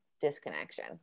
disconnection